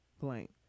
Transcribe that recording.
blank